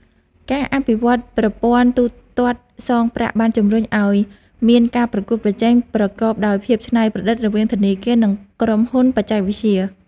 ការអភិវឌ្ឍប្រព័ន្ធទូទាត់សងប្រាក់បានជំរុញឱ្យមានការប្រកួតប្រជែងប្រកបដោយភាពច្នៃប្រឌិតរវាងធនាគារនិងក្រុមហ៊ុនបច្ចេកវិទ្យា។